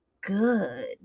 good